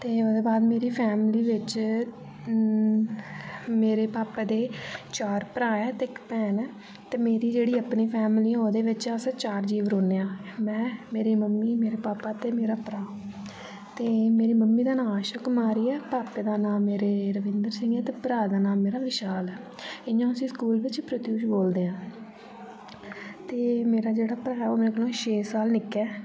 ते ओह्दे बाद मेरी फैमली बिच मेरे भापे दे चार भ्राऽ ऐ ते इक भैन ऐ ते मेरी जेह्ड़ी अपनी फैमली ऐ ओह्दे बिच अस चार जीव रौह्ने आं में मेरी मम्मी मेरे भापा ते मेरा भ्राऽ ते मेरी मम्मी दा नांऽ आशा कुमारी ऐ ते भापे दा नांऽ मेरे रविन्द्र सिंह ऐ ते भ्राऽ दा नांऽ मेरा विशाल ऐ इ'यां उसी स्कूल बिच प्रत्युष बोलदे ऐ ते मेरा जेह्ड़ा भ्राऽ ऐ मेरे कोला दा छेऽ साल निक्का ऐ ते